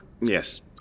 Yes